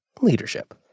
leadership